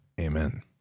Amen